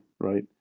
right